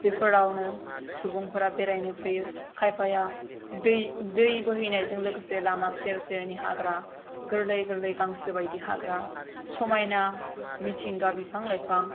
बेफोरावनो सुबुंफोरा बेरायनो फैयो खायफाया दै दै बोहैनायजों लोगोसे लामा सेर सेरनि हाग्रा गोरलै गोरलै गांसो बायदि हाग्रा समायना मिथिंगा बिफां लाइफां